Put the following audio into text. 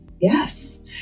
Yes